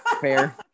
Fair